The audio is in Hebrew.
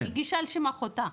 הגישה על שם אחותה,